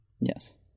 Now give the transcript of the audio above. Yes